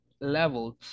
levels